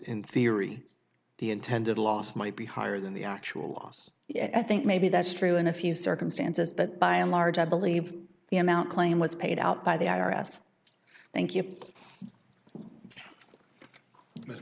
in theory the intended loss might be higher than the actual loss i think maybe that's true in a few circumstances but by and large i believe the amount claim was paid out by the i r s thank you